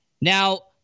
Now